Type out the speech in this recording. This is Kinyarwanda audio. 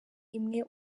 imwe